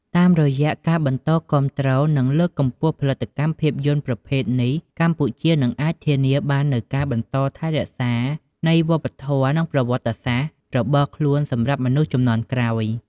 តាមរយៈការបន្តគាំទ្រ និងលើកកម្ពស់ផលិតកម្មភាពយន្តប្រភេទនេះ កម្ពុជានឹងអាចធានាបាននូវការបន្តថែរក្សានៃវប្បធម៌ និងប្រវត្តិសាស្ត្ររបស់ខ្លួនសម្រាប់មនុស្សជំនាន់ក្រោយ។